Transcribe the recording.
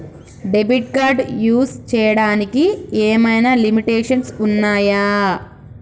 Debit card use చేయడానికి ఏమైనా limitations ఉన్నాయా?